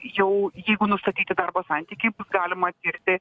jau jeigu nustatyti darbo santykiai galima tirti